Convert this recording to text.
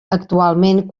actualment